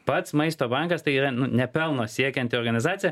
pats maisto bankas tai yra nu ne pelno siekianti organizacija